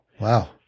Wow